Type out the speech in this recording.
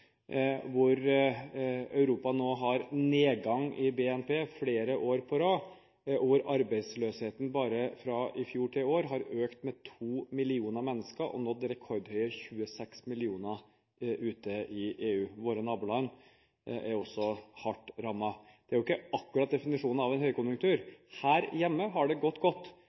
hvor Europa nå har hatt nedgang i BNP flere år på rad, og hvor arbeidsløsheten bare fra i fjor til i år har økt med to millioner mennesker og nådd rekordhøye 26 millioner ute i EU. Våre naboland er også hardt rammet. Det er ikke akkurat definisjonen av en høykonjunktur. Her hjemme har det gått godt.